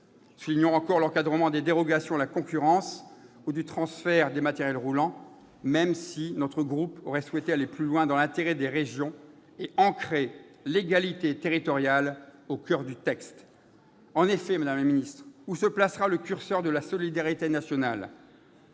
Soulignons encore l'encadrement des dérogations à la concurrence ou du transfert des matériels roulants, même si mon groupe aurait souhaité aller plus loin dans l'intérêt des régions et ancrer l'égalité territoriale au coeur du texte. Car, madame la ministre, où se placera le curseur de la solidarité nationale ?